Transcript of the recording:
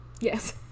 Yes